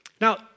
Now